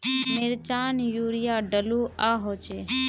मिर्चान यूरिया डलुआ होचे?